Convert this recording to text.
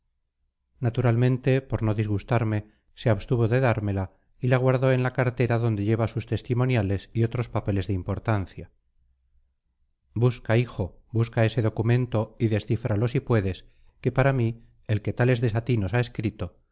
naturalmente por no disgustarme se abstuvo de dármela y la guardó en la cartera donde lleva sus testimoniales y otros papeles de importancia busca hijo busca ese documento y descífralo si puedes que para mí el que tales desatinos ha escrito